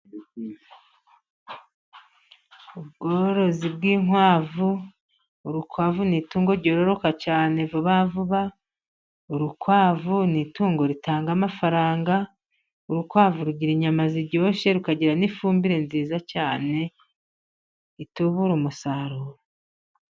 Ubworozi bw'inkwavu, urukwavu ni itungo ryororoka cyane vuba vuba, urukwavu ni itungo ritanga amafaranga, urukwavu rugira inyama ziryoshye, rukagira n'ifumbire nziza cyane, itubura umusaruro.